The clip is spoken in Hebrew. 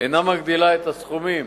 אינה מגדילה את הסכומים